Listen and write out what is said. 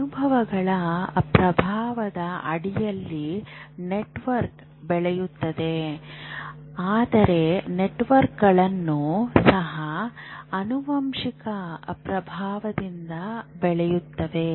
ಅನುಭವಗಳ ಪ್ರಭಾವದ ಅಡಿಯಲ್ಲಿ ನೆಟ್ವರ್ಕ್ ಬೆಳೆಯುತ್ತದೆ ಆದರೆ ನೆಟ್ವರ್ಕ್ಗಳು ಸಹ ಆನುವಂಶಿಕ ಪ್ರಭಾವದಿಂದ ಬೆಳೆಯುತ್ತವೆ